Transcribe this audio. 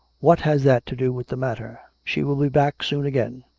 what has that to do with the matter? she will be back soon again.